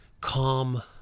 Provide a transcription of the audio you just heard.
calm